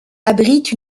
abrite